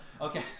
Okay